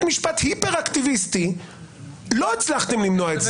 משפט היפר אקטיביסטי לא הצלחתם למנוע את זה.